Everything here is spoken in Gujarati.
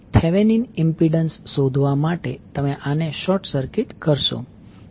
થેવેનીન ઇમ્પિડન્સ શોધવા માટે તમે આને શોર્ટ સર્કિટ કરશો